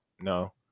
no